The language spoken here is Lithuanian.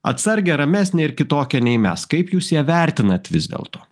atsargia ramesne ir kitokia nei mes kaip jūs ją vertinat vis dėlto